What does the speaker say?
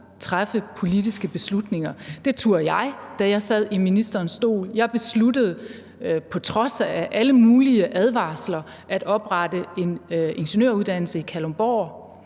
træffe politiske beslutninger. Det turde jeg, da jeg sad i ministerens stol. Jeg besluttede på trods af alle mulige advarsler at oprette en ingeniøruddannelse i Kalundborg.